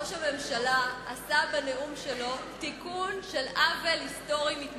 ראש הממשלה עשה בנאום שלו תיקון של עוול היסטורי מתמשך.